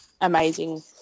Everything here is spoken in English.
amazing